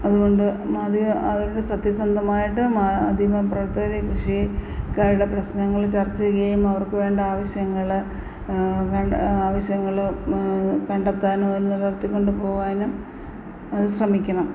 അത്കൊണ്ട് മാധ്യമം അവരുടെ സത്യസന്ധമായിട്ട് മാധ്യമപ്രവർത്തകര് കൃഷീ ക്കാരുടെ പ്രശ്നങ്ങള് ചർച്ച ചെയ്യുകയും അവർക്ക് വേണ്ട ആവശ്യങ്ങള് വേണ്ട ആവശ്യങ്ങള് കണ്ടെത്താനും അത് നിലനിർത്തികൊണ്ട് പോവാനും അത് ശ്രമിക്കണം